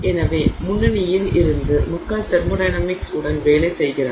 எனவே முன்னணியில் இருந்து மக்கள் தெர்மோடைனமிக்ஸ் உடன் வேலை செய்கிறார்கள்